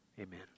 amen